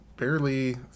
Barely